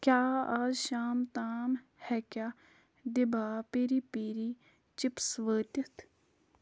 کیٛاہ اَز شام تام ہیٚکیٛاہ دِبھا پیٚری پیٚری چِپس وٲتِتھ